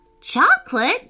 Chocolate